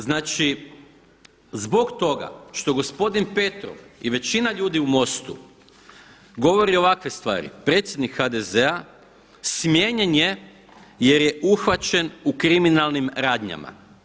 Znači zbog toga što gospodin Petrov i većina ljudi u MOST-u govori ovakve stvari predsjednik HDZ-a smijenjen je jer je uhvaćen u kriminalnim radnjama.